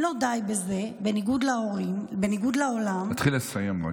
אם לא די בזה, בניגוד לעולם, להתחיל לסיים.